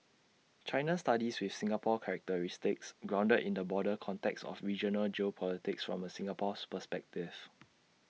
China studies with Singapore characteristics grounded in the broader context of regional geopolitics from A Singapore perspective